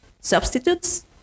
substitutes